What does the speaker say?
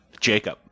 Jacob